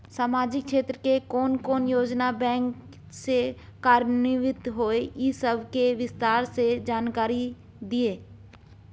सामाजिक क्षेत्र के कोन कोन योजना बैंक स कार्यान्वित होय इ सब के विस्तार स जानकारी दिय?